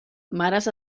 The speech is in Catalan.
mares